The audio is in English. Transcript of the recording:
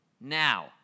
Now